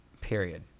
Period